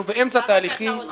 אנחנו באמצע תהליכים -- למה?